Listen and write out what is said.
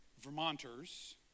Vermonters